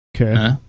Okay